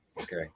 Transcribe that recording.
Okay